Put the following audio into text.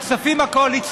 אתה שם לב לזמנים.